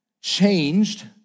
changed